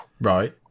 Right